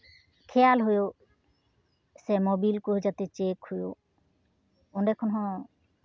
ᱠᱷᱮᱭᱟᱞ ᱦᱩᱭᱩᱜ ᱥᱮ ᱢᱳᱵᱤᱞ ᱠᱚ ᱡᱟᱛᱮ ᱪᱮᱠ ᱦᱩᱭᱩᱜ ᱚᱸᱰᱮ ᱠᱷᱚᱱ ᱦᱚᱸ